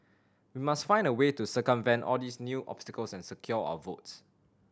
we must find a way to circumvent all these new obstacles and secure our votes